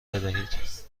بدهید